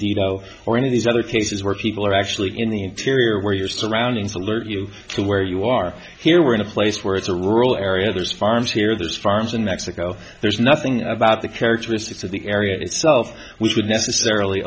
know or any of these other cases where people are actually in the interior where your surroundings alert you to where you are here we're in a place where it's a rural area there's farms here those farms in mexico there's nothing about the characteristics of the area itself which would necessarily